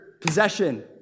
possession